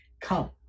Come